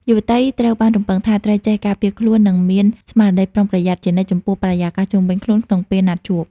យុវតីត្រូវបានរំពឹងថា ត្រូវចេះ "ការពារខ្លួន និងមានស្មារតីប្រុងប្រយ័ត្ន" ជានិច្ចចំពោះបរិយាកាសជុំវិញខ្លួនក្នុងពេលណាត់ជួប។